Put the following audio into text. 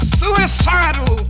suicidal